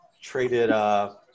traded –